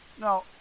Now